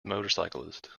motorcyclist